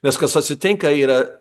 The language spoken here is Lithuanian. nes kas atsitinka yra